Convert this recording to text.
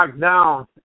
down